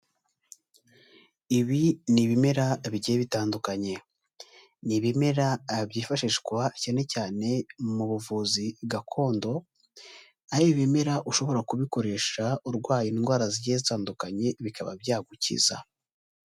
Ibi ni ibimera bigiye bitandukanye, ni ibimera byifashishwa cyane cyane mu buvuzi gakondo, ari ibimera ushobora kubikoresha urwaye indwara zigiye zitandukanye bikaba byagukiza.